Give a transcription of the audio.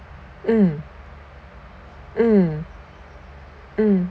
mm mm mm